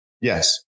Yes